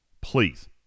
Please